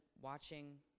watching